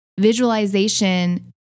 visualization